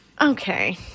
Okay